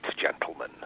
gentlemen